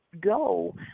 go